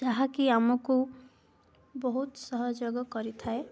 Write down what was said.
ଯାହାକି ଆମକୁ ବହୁତ ସହଯୋଗ କରିଥାଏ